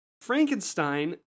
Frankenstein